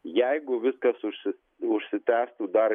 jeigu viskas užsi užsitęstų dar